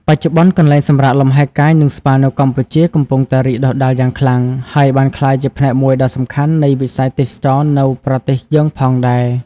បច្ចុប្បន្ន កន្លែងសម្រាកលំហែកាយ និងស្ប៉ានៅកម្ពុជាកំពុងតែរីកដុះដាលយ៉ាងខ្លាំង ហើយបានក្លាយជាផ្នែកមួយដ៏សំខាន់នៃវិស័យទេសចរណ៍នៅប្រទេសយើងផងដែរ។